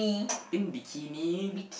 pink bikini